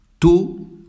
two